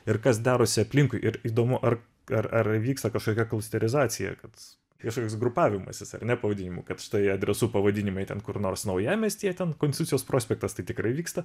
ir kas darosi aplinkui ir įdomu ar ar ar vyksta kažkokia klasterizacija kad kažkoks grupavimasis ar ne pavadinimų kad štai adresų pavadinimai ten kur nors naujamiestyje ten konstitucijos prospektas tai tikrai vyksta